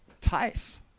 ties